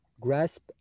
grasp